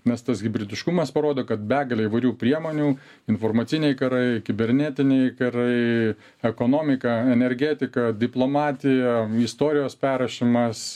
nes tas hibridiškumas parodo kad begalė įvairių priemonių informaciniai karai kibernetiniai karai ekonomika energetika diplomatija istorijos perrašymas